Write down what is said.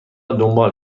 دنبال